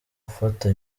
ufata